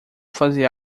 fazer